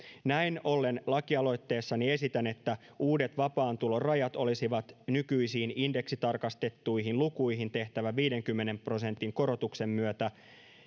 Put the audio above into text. näin ollen lakialoitteessani esitän että uudet vapaan tulon rajat olisivat nykyisiin indeksitarkistettuihin lukuihin tehtävän viidenkymmenen prosentin korotuksen myötä